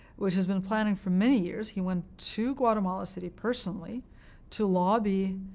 which he's been planning for many years. he went to guatemala city personally to lobby